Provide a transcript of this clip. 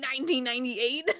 1998